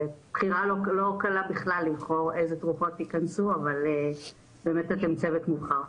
זו בכלל לא בחירה קלה לבחור אילו תרופות ייכנסו ואתם באמת צוות מובחר.